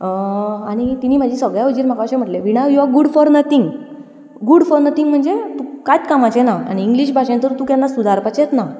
आनी तिणें म्हाका सगळ्यां हुजीर म्हाका अशें म्हटलें विणा you are good for nothing good for nothing म्हणजे तूं कांयच कामाचें ना आनी इंग्लीश भाशेंत तर तूं केन्ना सुदारपाचेंच ना